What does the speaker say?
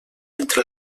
entre